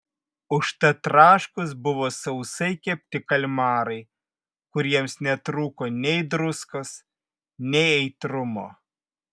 užtat traškūs buvo sausai kepti kalmarai kuriems netrūko nei druskos nei aitrumo